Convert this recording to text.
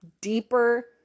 deeper